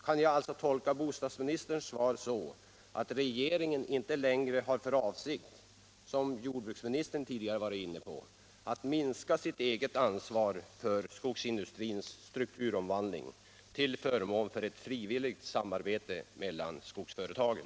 Kan jag alltså tolka bostadsministerns svar så, att regeringen inte längre har för avsikt, som jordbruksministern tidigare varit inne på, att minska sitt eget ansvar för skogsindustrins strukturomvandling till förmån för ett frivilligt samarbete mellan skogsföretagen?